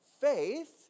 faith